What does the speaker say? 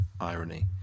irony